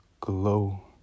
glow